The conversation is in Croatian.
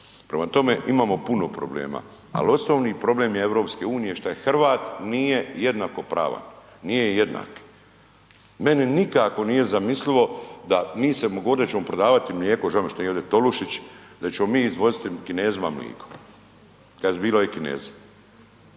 Prema tome, imamo puno problema, ali osnovni problem je EU šta Hrvat nije jednakopravan, nije jednak. Meni nikako nije zamislivo da mi, ovdje ćemo prodavati mlijeko, žao mi je što nije ovdje Tolušić, da ćemo mi izvoziti Kinezima mliko, kad su bili ovi Kinezi,